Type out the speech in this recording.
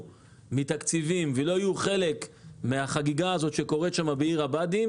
מתקציבים ולא יהיו חלק מהחגיגה שקורית בעיר הבה"דים,